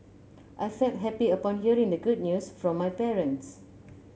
I felt happy upon hearing the good news from my parents